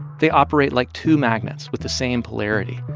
they operate like two magnets with the same polarity.